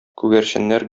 күгәрченнәр